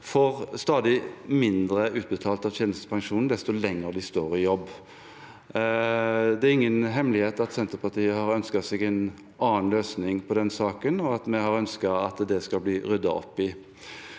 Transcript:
får stadig mindre utbetalt tjenestepensjon dess lenger de står i jobb. Det er ingen hemmelighet at Senterpartiet har ønsket seg en annen løsning på den saken, og at vi har ønsket at det skal bli ryddet opp i.